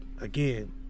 again